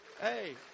Hey